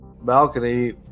balcony